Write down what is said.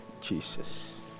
Jesus